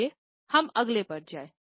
आइए हम अगले पर जाएं